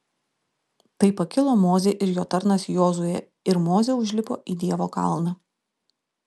tai pakilo mozė ir jo tarnas jozuė ir mozė užlipo į dievo kalną